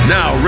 Now